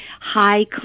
high